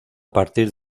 partir